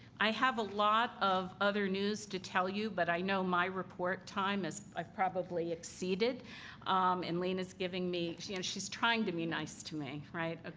i have a lot of other news to tell you, but i know my report time is i've probably exceeded and lena's giving me she's and she's trying to be nice to me, right?